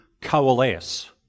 coalesce